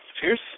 Cheers